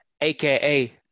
aka